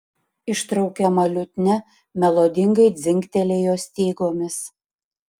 ištraukiama liutnia melodingai dzingtelėjo stygomis